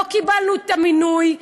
לא קיבלנו את המינוי.